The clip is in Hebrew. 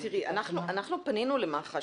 --- אנחנו פנינו למח"ש,